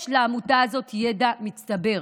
יש לעמותה הזאת ידע מצטבר.